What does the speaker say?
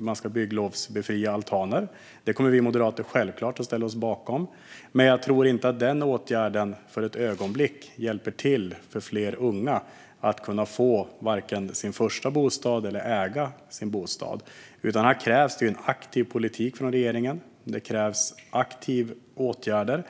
Man ska bygglovsbefria altaner. Det kommer vi moderater självklart att ställa oss bakom. Man jag tror inte att den åtgärden för ett ögonblick hjälper för fler unga att få sin första bostad eller att kunna äga sin bostad. Här krävs en aktiv politik från regeringen. Det krävs aktiva åtgärder.